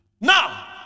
Now